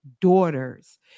daughters